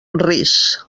ris